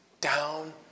down